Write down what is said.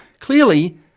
clearly